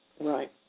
Right